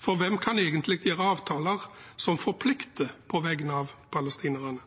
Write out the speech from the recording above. for hvem kan egentlig gjøre avtaler som forplikter på vegne av palestinerne?